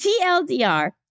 TLDR